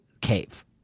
cave